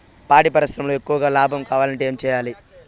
పాడి పరిశ్రమలో ఎక్కువగా లాభం కావాలంటే ఏం చేయాలి?